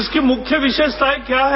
इसकी मुख्य विशेषताएं क्या हैं